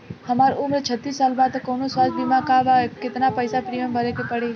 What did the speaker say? हमार उम्र छत्तिस साल बा त कौनों स्वास्थ्य बीमा बा का आ केतना पईसा प्रीमियम भरे के पड़ी?